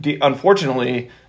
unfortunately